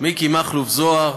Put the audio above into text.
לפי סעיף 13(ג)